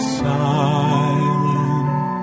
silent